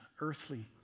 earthly